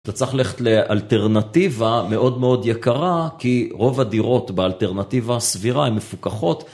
אתה צריך ללכת לאלטרנטיבה מאוד מאוד יקרה כי רוב הדירות באלטרנטיבה סבירה, הן מפוקחות.